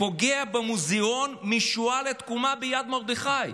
פוגע במוזיאון משואה לתקומה ביד מרדכי.